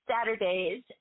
Saturdays